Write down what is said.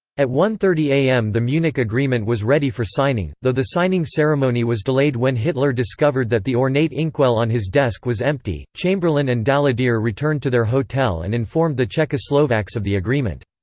at one thirty am the munich agreement was ready for signing, though the signing ceremony was delayed when hitler discovered that the ornate inkwell on his desk was empty chamberlain and daladier returned to their hotel and informed the czechoslovaks of the agreement.